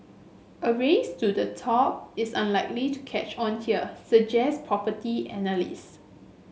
a race to the top is unlikely to catch on here suggest analyst